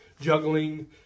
juggling